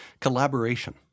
collaboration